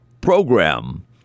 program